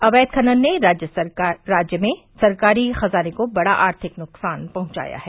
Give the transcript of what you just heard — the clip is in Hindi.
अवैव खनन ने राज्य में सरकारी खजाने को बड़ा आर्थिक नुकसान पहुंचाया है